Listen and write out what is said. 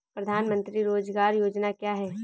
प्रधानमंत्री रोज़गार योजना क्या है?